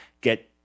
get